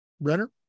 Brenner